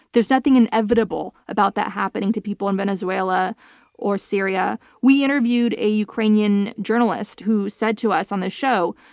there's nothing inevitable about that happening to people in venezuela or syria. we interviewed a ukrainian journalist who said to us on this show,